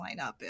lineup